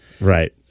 Right